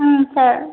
sir